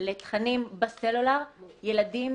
לתכנים בסלולר ילדים